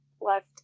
left